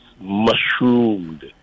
mushroomed